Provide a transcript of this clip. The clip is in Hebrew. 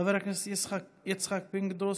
חבר הכנסת יצחק פינדרוס,